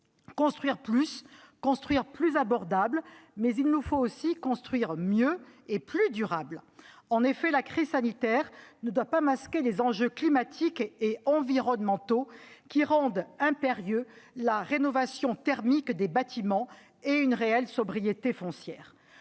Construire plus, plus abordable, mais aussi construire mieux et plus durable. En effet, la crise sanitaire ne doit pas masquer les enjeux climatiques et environnementaux, qui rendent impérieuses la rénovation thermique des bâtiments et une réelle sobriété foncière.